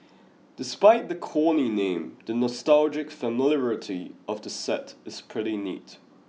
despite the Corny name the nostalgic familiarity of the set is pretty neat